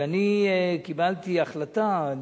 ואני קיבלתי החלטה,